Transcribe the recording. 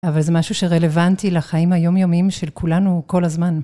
אבל זה משהו שרלוונטי לחיים היום־יומיים של כולנו כל הזמן.